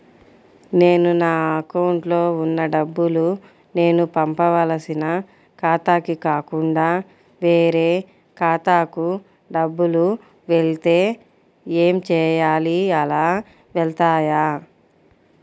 నేను నా అకౌంట్లో వున్న డబ్బులు నేను పంపవలసిన ఖాతాకి కాకుండా వేరే ఖాతాకు డబ్బులు వెళ్తే ఏంచేయాలి? అలా వెళ్తాయా?